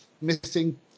missing